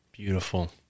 Beautiful